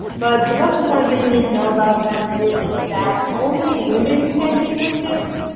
but the most important thing you need to know about them is that only women can be witches.